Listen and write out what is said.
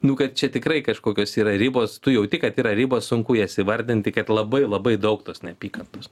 nu kad čia tikrai kažkokios yra ribos tu jauti kad yra ribos sunku jas įvardinti kad labai labai daug tos neapykantos